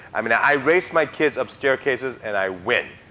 i mean, i race my kids up staircases and i win.